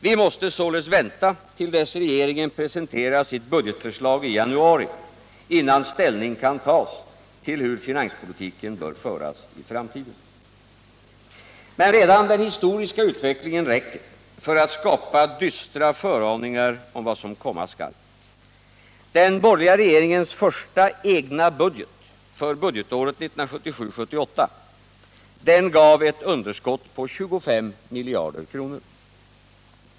Vi måste således vänta till dess regeringen presenterar sitt budgetförslag i januari, innan ställning kan tas till hur finanspolitiken bör föras i framtiden. 57 Men redan den historiska utvecklingen räcker för att skapa dystra föraningar om vad som komma skall. Den borgerliga regeringens första ”egna” budget, för budgetåret 1977/78, gav ett underskott på 25 miljarder kronor.